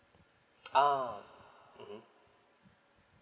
ah mmhmm